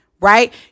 right